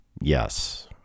yes